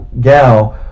gal